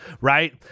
right